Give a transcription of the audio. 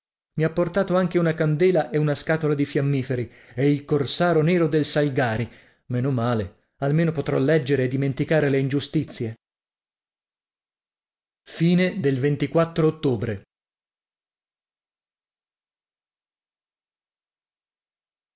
i ha portato anche una candela e una scatola di fiammiferi e il corsaro nero del salgari meno male almeno potrò leggere e dimenticare le ingiustizie ottobre